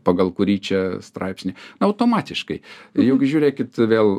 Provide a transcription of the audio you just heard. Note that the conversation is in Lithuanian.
pagal kurį čia straipsnį automatiškai juk žiūrėkit vėl